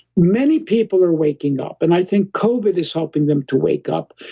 many people are waking up, and i think covid is helping them to wake up,